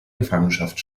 gefangenschaft